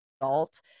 adult